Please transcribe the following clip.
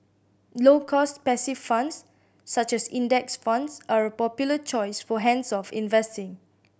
low cost passive funds such as Index Funds are a popular choice for hands off investing